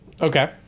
Okay